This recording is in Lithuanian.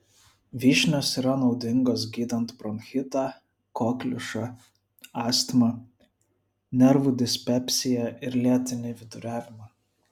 vyšnios yra naudingos gydant bronchitą kokliušą astmą nervų dispepsiją ir lėtinį viduriavimą